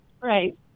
Right